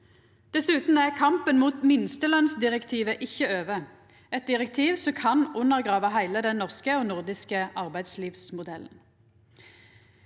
Dessutan er kampen mot minstelønsdirektivet ikkje over – eit direktiv som kan undergrava heile den norske og nordiske arbeidslivsmodellen.